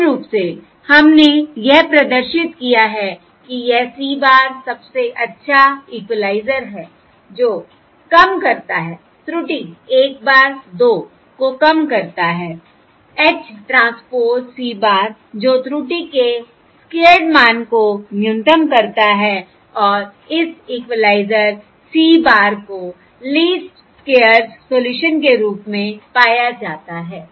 मूल रूप से हमने यह प्रदर्शित किया है कि यह C bar सबसे अच्छा इक्विलाइजर है जो कम करता है त्रुटि 1 bar 2 को कम करता है H ट्रांसपोज़ C bar जो त्रुटि के स्क्वेयर्ड मान को न्यूनतम करता है और इस इक्विलाइजर C bar को लीस्ट स्क्वेयर्स सोल्यूशन के रूप में पाया जाता है